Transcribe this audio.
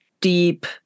deep